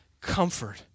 comfort